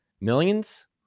Millions